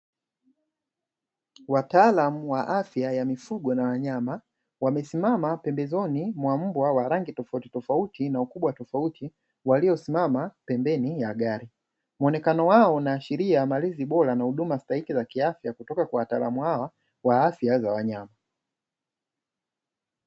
Wataalamu wa afya ya mifugo na wanyama, wamesimama pembezoni mwa Mbwa wa rangi tofauti tofauti na ukubwa tofauti waliosimama pembeni ya gari, muonekano wao unaashiria malezi bora na huduma stahiki za kiafya kutoka kwa watalamu hawa wa afya za wanyama.